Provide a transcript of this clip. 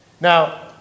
Now